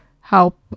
help